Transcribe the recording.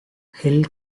hill